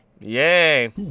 Yay